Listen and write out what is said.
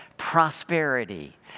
Prosperity